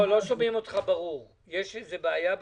הבעיה המרכזית,